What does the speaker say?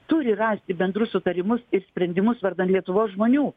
turi rasti bendrus sutarimus ir sprendimus vardan lietuvos žmonių